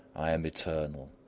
i am eternal!